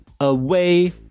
away